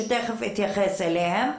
שתכף אתייחס אליהם,